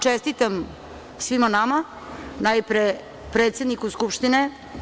Čestitam svima nama, najpre predsedniku Skupštine.